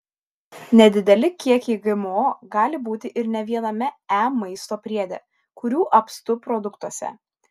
nedideli kiekiai gmo gali būti ir ne viename e maisto priede kurių apstu produktuose